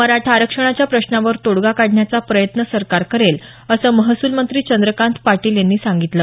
मराठा आरक्षणाच्या प्रश्नावर तोडगा काढण्याचा प्रयत्न सरकार करेल असं महसूल मंत्री चंद्रकांत पाटील यांनी सांगितलं